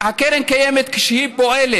כשקרן הקיימת פועלת